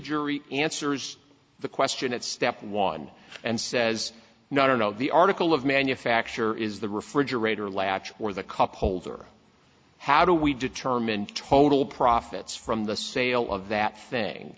jury answers the question at step one and says no no the article of manufacture is the refrigerator latch or the cup holder how do we determine total profits from the sale of that thing